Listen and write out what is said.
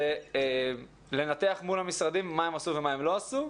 זה לנתח מול המשרדים מה הם עשו ומה הם לא עשו,